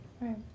Right